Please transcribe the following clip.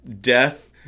death